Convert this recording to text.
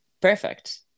perfect